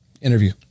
interview